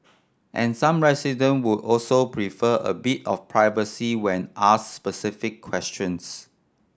and some resident would also prefer a bit of privacy when ask specific questions